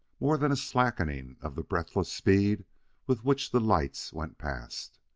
more than a slackening of the breathless speed with which the lights went past.